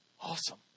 Awesome